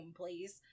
please